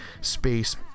space